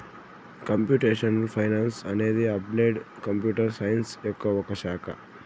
computational finance అనేది applied computer science యొక్క ఒక శాఖ